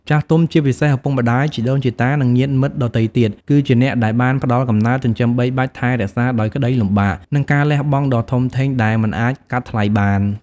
ចាស់ទុំ ជាពិសេសឪពុកម្ដាយ ជីដូនជីតា និងញាតិមិត្តដទៃទៀត គឺជាអ្នកដែលបានផ្ដល់កំណើត ចិញ្ចឹមបីបាច់ថែរក្សាដោយក្ដីលំបាក និងការលះបង់ដ៏ធំធេង ដែលមិនអាចកាត់ថ្លៃបាន។